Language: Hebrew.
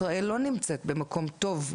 ישראל לא נמצאת במקום טוב,